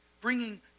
bringing